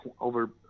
over